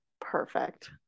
perfect